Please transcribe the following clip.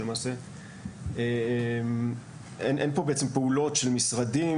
שלמעשה אין פה בעצם פעולות של משרדים